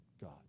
God